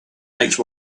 make